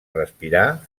respirar